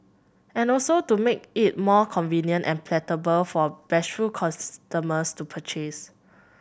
and also to make it more convenient and palatable for bashful customers to purchase